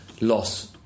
loss